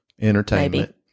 entertainment